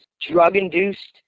drug-induced